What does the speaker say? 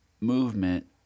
movement